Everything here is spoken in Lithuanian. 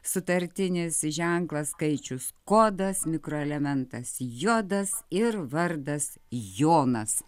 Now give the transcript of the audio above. sutartinis ženklas skaičius kodas mikroelementas jodas ir vardas jonas